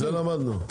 מזה למדנו.